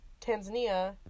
Tanzania